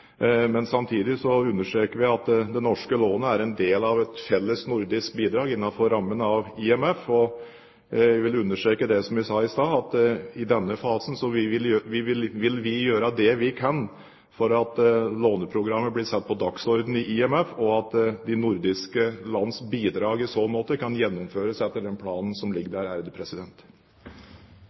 men samtidig understreker vi at det norske lånet er en del av et felles nordisk bidrag innenfor rammen av IMF. Jeg vil understreke det jeg sa i sted, at i denne fasen vil vi gjøre det vi kan for at låneprogrammet blir satt på dagsordenen i IMF, og at de nordiske lands bidrag i så måte kan gjennomføres etter den planen som ligger der.